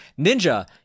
Ninja